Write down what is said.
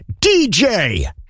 DJ